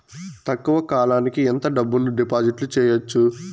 తక్కువ కాలానికి ఎంత డబ్బును డిపాజిట్లు చేయొచ్చు?